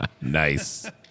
Nice